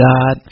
God